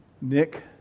Nick